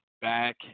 back